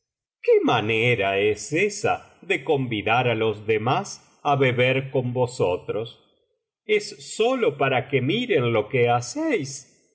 qué manera es esa de convidar á los demás á beber con vosotros es sólo para que miren lo que hacéis